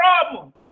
problem